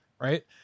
Right